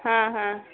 हाँ हाँ